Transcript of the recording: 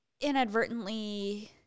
inadvertently